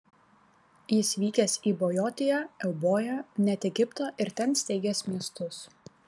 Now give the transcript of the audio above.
jis vykęs į bojotiją euboją net egiptą ir ten steigęs miestus